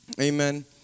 Amen